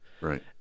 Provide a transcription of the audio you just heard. Right